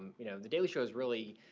you know, the daily show's really,